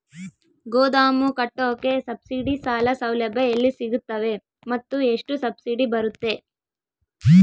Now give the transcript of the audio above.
ಗೋದಾಮು ಕಟ್ಟೋಕೆ ಸಬ್ಸಿಡಿ ಸಾಲ ಸೌಲಭ್ಯ ಎಲ್ಲಿ ಸಿಗುತ್ತವೆ ಮತ್ತು ಎಷ್ಟು ಸಬ್ಸಿಡಿ ಬರುತ್ತೆ?